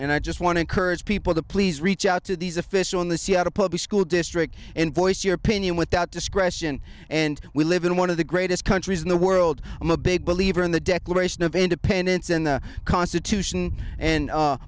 and i just want to encourage people to please reach out to these official in the seattle public school district and voice your opinion without discretion and we live in one of the greatest countries in the world i'm a big believer in the declaration of independence and the constitution and